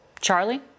Charlie